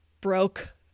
broke